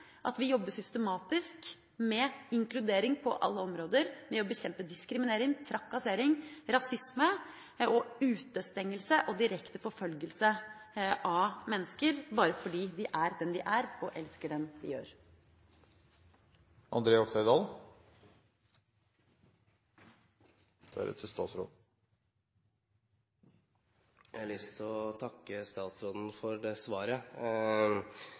at vi jobber systematisk med inkludering på alle områder, med å bekjempe diskriminering, trakassering, rasisme, utestengelse og direkte forfølgelse av mennesker bare fordi de er den de er, og elsker den de gjør. Jeg har lyst til å takke statsråden for svaret. Jeg vet at statsråden er engasjert i dette, og mener og føler det.